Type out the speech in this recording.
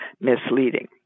misleading